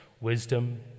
wisdom